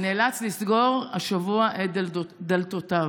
נאלץ לסגור השבוע את דלתותיו.